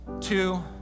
two